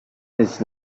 this